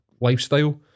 lifestyle